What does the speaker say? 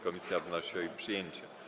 Komisja wnosi o jej przyjęcie.